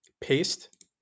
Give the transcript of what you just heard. Paste